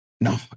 No